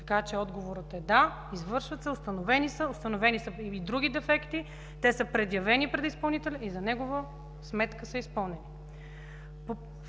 Така че отговорът е – да, извършват се. Установени са и други дефекти. Те са предявени пред изпълнителя и за негова сметка са изпълнени.